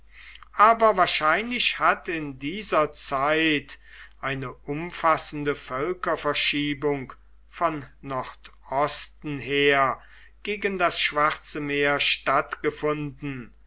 aber wahrscheinlich hat in dieser zeit eine umfassende völkerverschiebung von nordosten her gegen das schwarze meer stattgefunden